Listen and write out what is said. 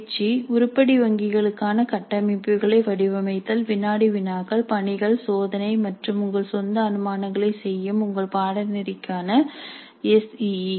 பயிற்சி உருப்படி வங்கிகளுக்கான கட்டமைப்புகளை வடிவமைத்தல் வினாடி வினாக்கள் பணிகள் சோதனை மற்றும் உங்கள் சொந்த அனுமானங்களைச் செய்யும் உங்கள் பாடநெறிக்கான எஸ் இஇ